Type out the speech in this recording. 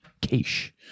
Cash